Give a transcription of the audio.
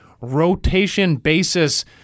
rotation-basis